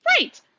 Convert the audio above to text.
right